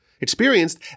experienced